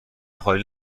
خالی